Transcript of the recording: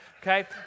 okay